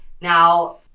Now